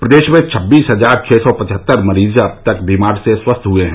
प्रदेश में छब्बीस हजार छह सौ पचहत्तर मरीज अब तक बीमार से स्वस्थ हुए हैं